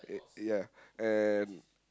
uh ya and